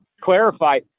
clarify